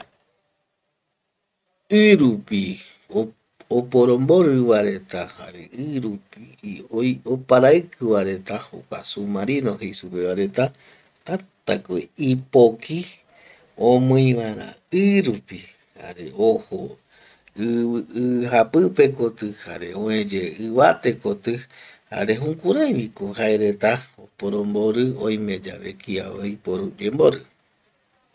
Irupi oporombori va reta jare irupi oparaiki va reta jokua submarino jei supeva reta tätako ipoki omii vaera irupi jare ojo i japipe koti jare oeye ivate koti jare jukuraiviko jareta oporombori oimeyave kia oiporu yombori